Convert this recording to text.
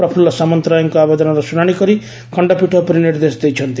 ପ୍ରଫୁଲ୍ଲ ସାମନ୍ତରାକ ଆବେଦନର ଶୁଶାଶି କରି ଖଣପୀଠ ଏପରି ନିର୍ଦ୍ଦେଶ ଦେଇଛନ୍ତି